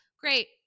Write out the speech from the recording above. Great